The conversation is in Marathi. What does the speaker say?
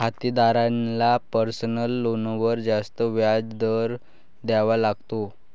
खातेदाराला पर्सनल लोनवर जास्त व्याज दर द्यावा लागतो